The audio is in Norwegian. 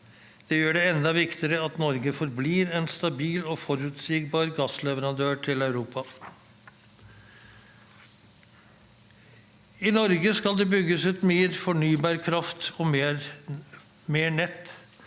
Det gjør det enda viktigere at Norge forblir en stabil og forutsigbar gassleverandør til Europa. I Norge skal det bygges ut mer fornybar kraft og mer nett,